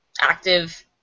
active